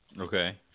Okay